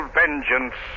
vengeance